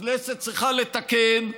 הכנסת צריכה לתקן,